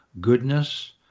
goodness